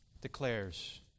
declares